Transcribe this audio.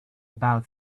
about